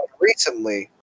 Recently